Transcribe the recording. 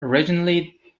regionally